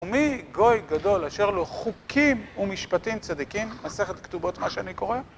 ומי גוי גדול אשר לו חוקים ומשפטים צדיקים? מסכת כתובות, מה שאני קורא